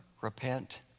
repent